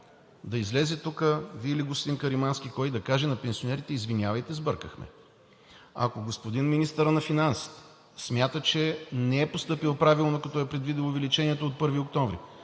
да излезе тук господин Каримански или друг и да каже на пенсионерите: извинявайте, сбъркахме. Ако господин министърът на финансите смята, че не е постъпил правилно, като е предвидил увеличението от 1 октомври,